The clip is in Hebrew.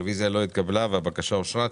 הרוויזיה לא התקבלה והבקשה אושרה.